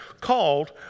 called